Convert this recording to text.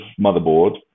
motherboard